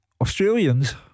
Australians